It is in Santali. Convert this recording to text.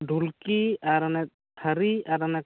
ᱰᱷᱩᱞᱠᱤ ᱟᱨ ᱚᱱᱮ ᱛᱷᱟᱹᱨᱤ ᱟᱨ ᱚᱱᱮ